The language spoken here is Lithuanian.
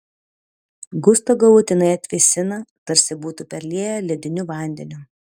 gustą galutinai atvėsina tarsi būtų perlieję lediniu vandeniu